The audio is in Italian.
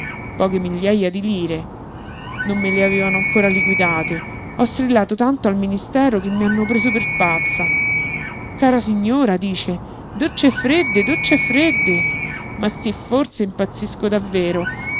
poche migliaja di lire non me le avevano ancora liquidate ho strillato tanto al ministero che mi hanno preso per pazza cara signora dice docce ffredde docce ffredde ma sí fforse impazzisco davvero